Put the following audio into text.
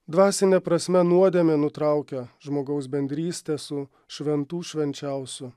dvasine prasme nuodėmė nutraukia žmogaus bendrystę su šventų švenčiausiu